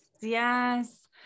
yes